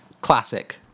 Classic